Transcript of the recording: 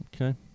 Okay